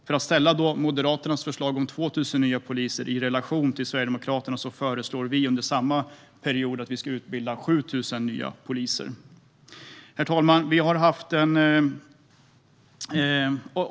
För att ställa Moderaternas förslag om 2 000 nya poliser i relation till Sverigedemokraternas förslag: Vi föreslår att vi under samma period ska utbilda 7 000 nya poliser. Herr talman!